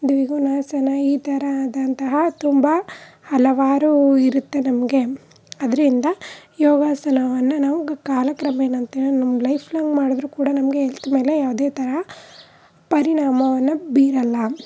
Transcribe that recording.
ದ್ವಿಕೋನಾಸನ ಈ ತರಹದಂತಹ ತುಂಬ ಹಲವಾರು ಇರುತ್ತೆ ನಮಗೆ ಅದರಿಂದ ಯೋಗಾಸನವನ್ನು ನಾವು ಕಾಲಕ್ರಮೇಣ ಅಂತ್ಹೇಳಿ ನಮ್ಮ ಲೈಫ್ಲಾಂಗ್ ಮಾಡಿದ್ರೂ ಕೂಡ ನಮಗೆ ಎಲ್ತ್ ಮೇಲೆ ಯಾವುದೇ ತರಹ ಪರಿಣಾಮವನ್ನು ಬೀರಲ್ಲ